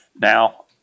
Now